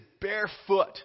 barefoot